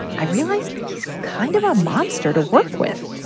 i realized he's kind of a monster to work with.